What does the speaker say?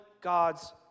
God's